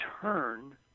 turn